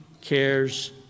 cares